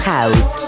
House